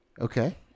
Okay